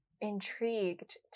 intrigued